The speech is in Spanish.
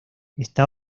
esta